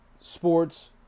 sports